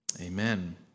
Amen